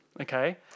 okay